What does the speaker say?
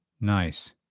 Nice